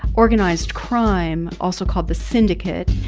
organized crime, also called the syndicate,